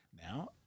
now